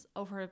over